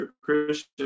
Christian